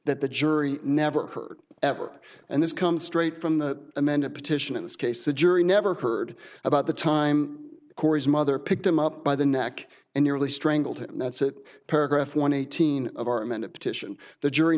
that the jury never heard ever and this comes straight from the amended petition in this case the jury never heard about the time corey's mother picked him up by the neck and nearly strangled him that's it paragraph one eighteen of our amended petition the jury